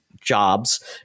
jobs